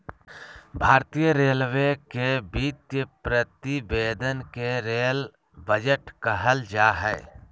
भारतीय रेलवे के वित्तीय प्रतिवेदन के रेल बजट कहल जा हइ